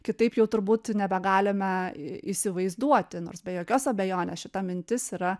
kitaip jau turbūt nebegalime įsivaizduoti nors be jokios abejonės šita mintis yra